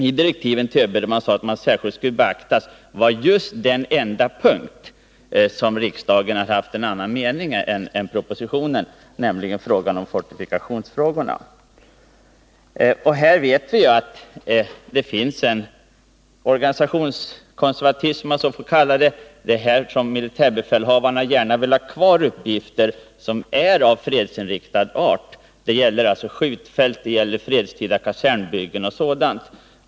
I direktiven till ÖB sades faktiskt att vad som särskilt skulle beaktas var den enda punkt där riksdagen hade haft en annan mening än vad som anges i propositionen, nämligen fortifikationsfrågorna. Det förekommer som bekant en organisationskonservatism innebärande att militärbefälhavarna vill ha kvar uppgifter som är av fredsinriktad art. Det gäller skjutfält, fredstida kasernbyggen och sådant.